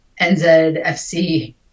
nzfc